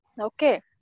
okay